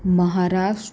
Maharashtra